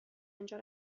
آنجا